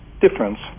difference